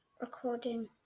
recording